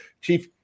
Chief